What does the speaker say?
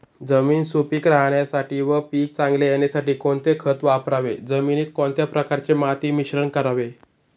जमीन सुपिक राहण्यासाठी व पीक चांगले येण्यासाठी कोणते खत वापरावे? जमिनीत कोणत्या प्रकारचे माती मिश्रण करावे?